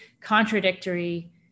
contradictory